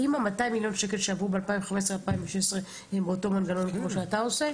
האם ה- 200 מיליון שעברו ב- 2015/2016 הם באותו מנגנון כמו שאתה עושה?